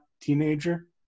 teenager